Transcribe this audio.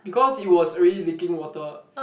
because it was already leaking water